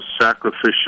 sacrificial